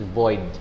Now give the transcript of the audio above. void